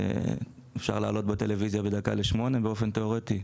אפשר להעלות לטלוויזיה בדקה ל-20:00 באופן תיאורטי.